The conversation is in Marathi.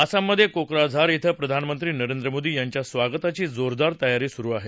आसाममध्ये कोकराझार इथं प्रधानमंत्री नरेंद्र मोदी यांच्या स्वागताची जोरदार तयारी सुरु आहे